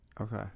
Okay